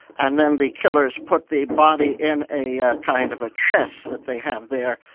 and then the killers put the body in a a kind of a chest that they have there,